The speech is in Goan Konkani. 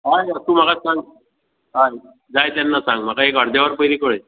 हय हय तूं म्हाका सांग हय जाय तेन्ना सांग म्हाका एक अर्दें वर पयलीं कळय